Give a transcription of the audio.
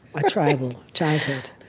a tribal childhood.